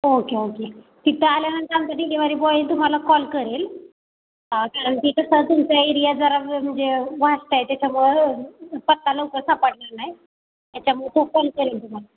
okay okay तिथं आल्यानंतर आमचा डिलेवरी बॉय तुम्हाला कॉल करेल कारण की कसं तुमचा एरिया जरा व्हास्ट आहे त्याच्यामुळं पत्ता लवकर सापडणार नाही त्याच्यामुळं तो कॉल करेल तुम्हाला